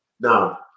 Now